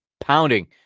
pounding